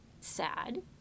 sad